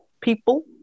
people